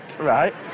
Right